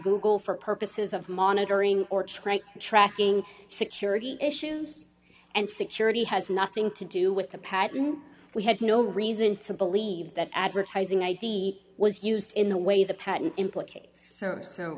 google for purposes of monitoring or trade tracking security issues and security has nothing to do with the patent we had no reason to believe that advertising id was used in the way the patent implicates soso